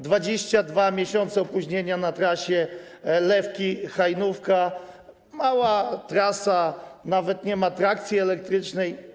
22 miesiące opóźnienia na trasie Lewki - Hajnówka, mała trasa, nawet nie ma trakcji elektrycznej.